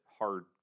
hard